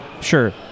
sure